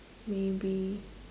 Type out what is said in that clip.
maybe